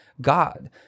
God